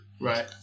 Right